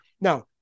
now